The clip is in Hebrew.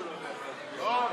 הוועדה,